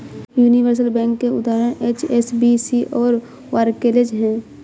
universal bank के उदाहरण HSBC और बार्कलेज हैं